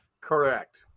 Correct